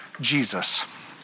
Jesus